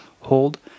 Hold